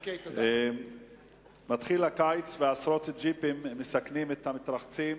הקיץ מתחיל ועשרות ג'יפים מסכנים את המתרחצים